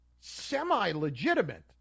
semi-legitimate